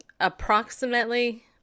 approximately